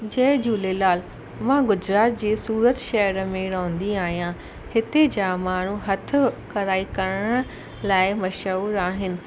जय झूलेलाल मां गुजरात जे सूरत शहर में रहंदी आहियां हिते जाम माण्हू हथु कढ़ाई करण लाइ मशहूर आहिनि